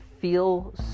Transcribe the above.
feel